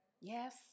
Yes